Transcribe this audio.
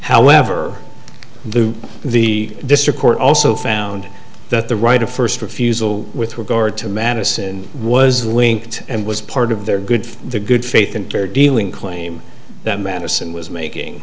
however the the district court also found that the right of first refusal with regard to madison was linked and was part of their good for the good faith enter dealing claim that madison was making